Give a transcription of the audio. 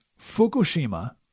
Fukushima